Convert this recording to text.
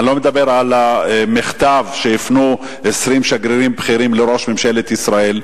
אני לא מדבר על המכתב שהפנו 20 שגרירים בכירים לראש ממשלת ישראל,